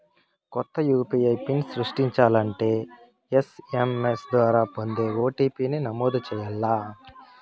కొత్త UPI pin సృష్టించాలంటే SMS ద్వారా పొందే ఓ.టి.పి.ని నమోదు చేయాల్ల